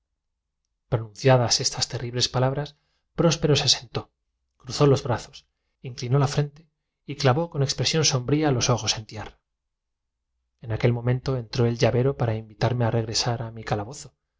estas terribles palabras próspero se sentó cruzó los brazos pasearme por el patio y entablada conversación con él reñrióme con inclinó ia frente y clavó con expresión sombría los ojos en tierra en la mayor sencillez lo que le sucediera y respondió no sin acierto a aquel momento entró el llavero para invitarme a regresar a mi cala